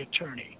attorney